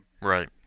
Right